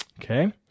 Okay